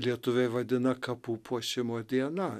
lietuviai vadina kapų puošimo diena